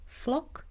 flock